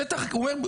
שטח הוא אומר,